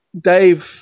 Dave